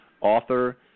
author